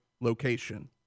location